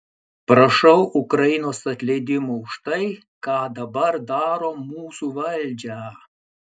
prašau ukrainos atleidimo už tai ką dabar daro mūsų valdžią